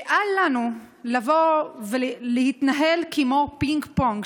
אל לנו להתנהל כמו פינג פונג,